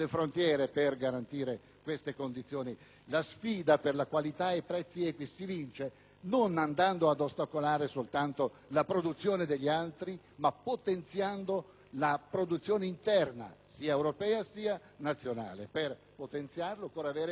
la sfida per la qualità e i prezzi equi si vince non ostacolando soltanto la produzione degli altri, ma potenziando la produzione interna, sia europea, sia nazionale, e per potenziarla occorre aver fiducia nei vari comparti.